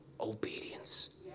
Obedience